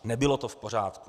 Nebylo to v pořádku.